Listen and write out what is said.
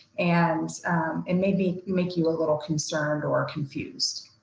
and and maybe make you a little concerned or confused.